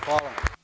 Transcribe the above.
Hvala.